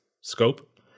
scope